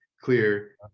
clear